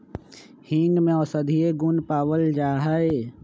हींग में औषधीय गुण पावल जाहई